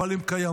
אבל הן קיימות.